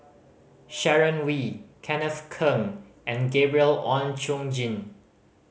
Sharon Wee Kenneth Keng and Gabriel Oon Chong Jin